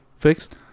fixed